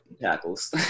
tackles